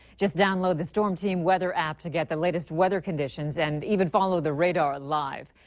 just download the storm team weather app to get the latest weather conditions, and even follow the radar live!